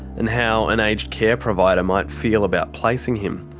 and how an aged care provider might feel about placing him.